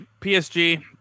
PSG